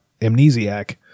Amnesiac